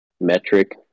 metric